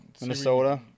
Minnesota